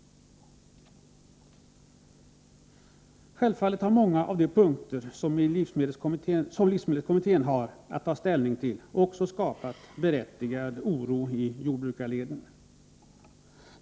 Självfallet har många av de punkter som livsmedelskommittén har att ta ställning till också skapat berättigad oro i jordbrukarleden.